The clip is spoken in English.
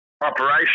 operation